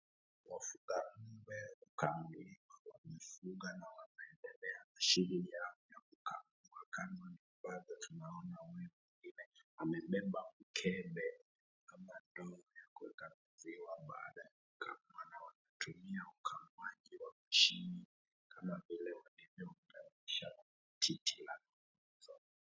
Wafugaji wenyewe kambi wmaefunga na wanaendelea na shughuli yao ya kukamua kama bado tunaona, huyu mwigine amebeba mkebe kama ndoo ya kuweka maziwa baada ya kukama na wanatumia kukama kutumia mashinani, kama vile walivyotayarisha titi la.